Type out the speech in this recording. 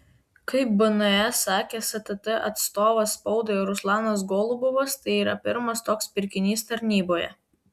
kaip bns sakė stt atstovas spaudai ruslanas golubovas tai yra pirmas toks pirkinys tarnyboje